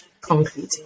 concrete